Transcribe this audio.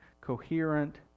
coherent